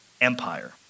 Empire